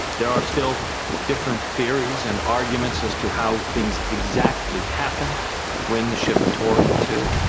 there are still different theories and arguments as to how things exactly happened when the ship tore into